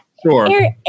Sure